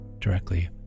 directly